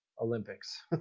Olympics